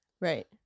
right